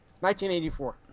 1984